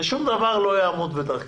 שום דבר לא יעמוד בדרכי.